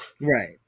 Right